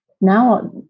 now